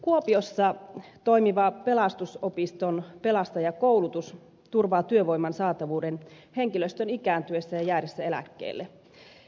kuopiossa toimivan pelastusopiston pelastajakoulutus turvaa työvoiman saatavuuden henkilöstön ikääntyessä ja jäädessä eläkkeelle